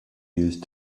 used